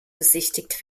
besichtigt